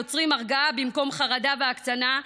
יוצרים הרגעה במקום חרדה והקצנה,